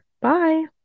Bye